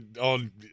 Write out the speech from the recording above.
on